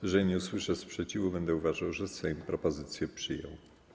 Jeżeli nie usłyszę sprzeciwu, będę uważał, że Sejm propozycję przyjął.